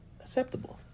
acceptable